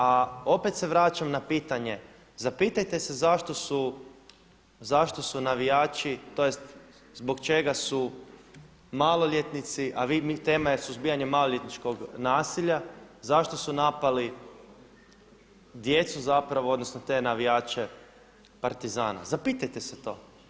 A opet se vraćam na pitanje, zapitajte se zašto su navijači tj. zbog čega su maloljetnici, a suzbijanje je maloljetničkog nasilja, zašto su napali djecu odnosno te navijače Partizana, zapitajte se to.